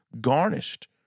garnished